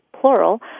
plural